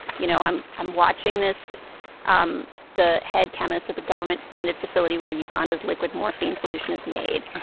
you know, i'm i'm watching this um the head chemist at the government-funded facility where uganda's liquid morphine solution is made.